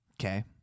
Okay